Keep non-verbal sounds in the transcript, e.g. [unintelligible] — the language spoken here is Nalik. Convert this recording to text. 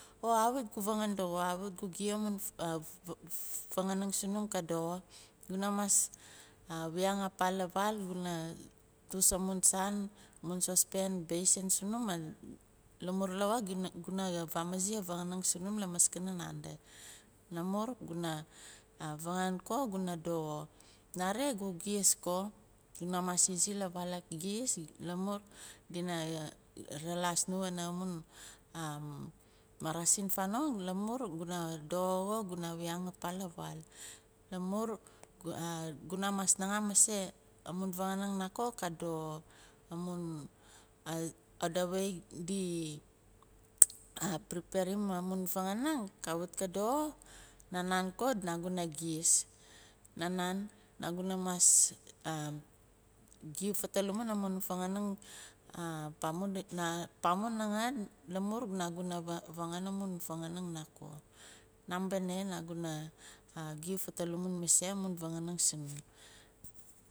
Oh kawit gu fangan doxo on kawit gu giu amun fa- fa fanganing sunum ka doxo guna mas wiyang apa lavaal gun tus amun saan amun sospan basin sunum maan lamur lawa guna famazi lamaskana nandi lamur guna fangan ko guna doxo. nare gu giz ko a guna mas izi lavaal agiz lamur dina ralaas nu wanaa amun marasin fanong lamor guna doxo xo guna wiyang apalavaal. Lamur guna mas naxaam mase amun fanganing nako ka doxo. Amun [unintelligible] di preparim amun fanganing kawit ka doxo na nan ko naguna giz maah naan naguna mas giu fatelamin amun fanganang pamu nangaa lamun nangu fanganing amun fanganang nako. Naambene naguna giu fatelamin mase amun vanganing sindi.